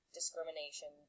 discrimination